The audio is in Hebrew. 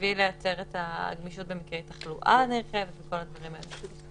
בשביל לייצר את הגמישות במקרה של תחלואה נרחבת וכל הדברים האלה.